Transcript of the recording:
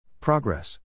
Progress